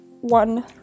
one